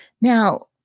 Now